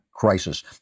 Crisis